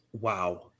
Wow